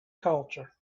culture